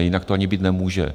Jinak to ani být nemůže.